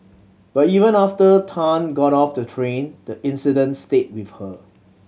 but even after Tan got off the train the incident stayed with her